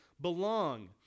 belong